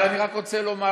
אבל אני רק רוצה לומר